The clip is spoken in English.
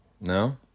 No